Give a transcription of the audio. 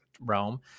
realm